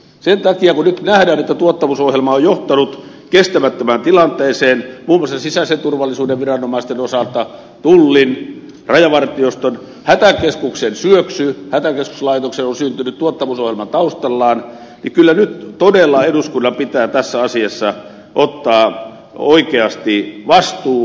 sen takia kun nyt nähdään että tuottavuusohjelma on johtanut kestämättömään tilanteeseen muun muassa sisäisen turvallisuuden viranomaisten osalta tullin rajavartioston hätäkeskuslaitoksen syöksy on syntynyt tuottavuusohjelma taustallaan niin kyllä nyt todella eduskunnan pitää tässä asiassa ottaa oikeasti vastuu